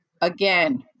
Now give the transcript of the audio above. again